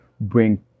bring